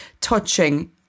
touching